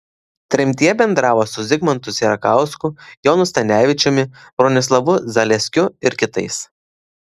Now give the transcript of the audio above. tremtyje bendravo su zigmantu sierakausku jonu stanevičiumi bronislovu zaleskiu ir kitais